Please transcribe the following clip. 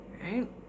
Right